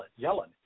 Yellen